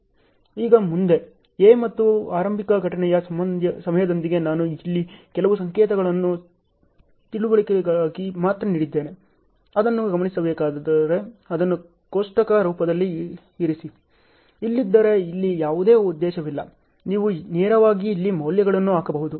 ಈಗ ಮುಂದೆ A ಮತ್ತು ಆರಂಭಿಕ ಘಟನೆಯ ಸಮಯದೊಂದಿಗೆ ನಾನು ಇಲ್ಲಿ ಕೆಲವು ಸಂಕೇತಗಳನ್ನು ತಿಳುವಳಿಕೆಗಾಗಿ ಮಾತ್ರ ನೀಡಿದ್ದೇನೆ ಅದನ್ನು ಗಮನಿಸಬೇಕಾದರೆ ಅದನ್ನು ಕೋಷ್ಟಕ ರೂಪದಲ್ಲಿ ಇರಿಸಿ ಇಲ್ಲದಿದ್ದರೆ ಇಲ್ಲಿ ಯಾವುದೇ ಉದ್ದೇಶವಿಲ್ಲ ನೀವು ನೇರವಾಗಿ ಇಲ್ಲಿ ಮೌಲ್ಯಗಳನ್ನು ಹಾಕಬಹುದು